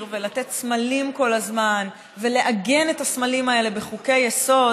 ולתת סמלים כל הזמן ולעגן את הסמלים האלה בחוקי-יסוד.